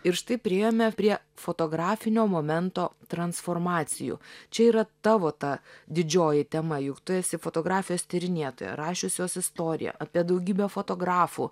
ir štai priėjome prie fotografinio momento transformacijų čia yra tavo ta didžioji tema juk tu esi fotografijos tyrinėtoja rašiusios istoriją apie daugybę fotografų